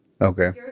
okay